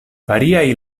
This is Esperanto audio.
variaj